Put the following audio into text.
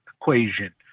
equation